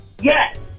yes